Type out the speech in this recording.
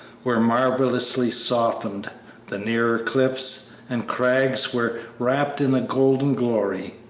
were marvellously softened the nearer cliffs and crags were wrapped in a golden glory,